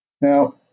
now